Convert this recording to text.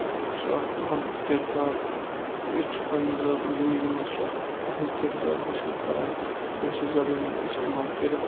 سُہ اکھ اَہم کِردار یہِ چھُ پَنٕنہِ زبٲنۍ زِنٛدگی منٛز سُہ اکھ اَہم کِردار حٲصِل کران کٲشِر زَبٲنۍ ہُنٛد اِستعمال کٔرِتھ